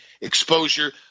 exposure